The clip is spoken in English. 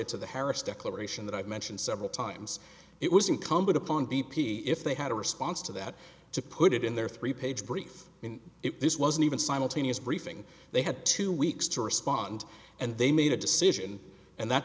cited to the harris declaration that i've mentioned several times it was incumbent upon b p if they had a response to that to put it in their three page brief in it this wasn't even simultaneous briefing they had two weeks to respond and they made a decision and that